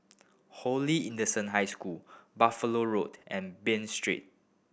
Holy Innocent High School Buffalo Road and Bain Street